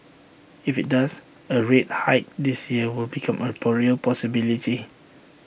if IT does A rate hike this year will become A real possibility